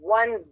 one